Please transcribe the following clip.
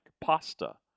pasta